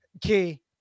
key